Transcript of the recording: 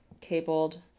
cabled